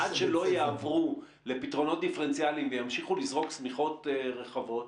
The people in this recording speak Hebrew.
עד שלא יעברו לפתרונות דיפרנציאליים וימשיכו לזרוק שמיכות רחבות,